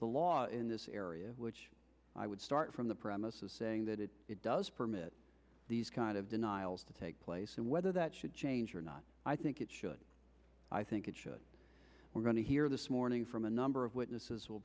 the law in this area which i would start from the premises saying that it does permit these kind of denials to take place and whether that should change or not i think it should i think it should we're going to hear this morning from a number of witnesses will